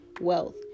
wealth